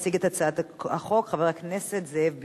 יציג את הצעת החוק חבר הכנסת זאב בילסקי,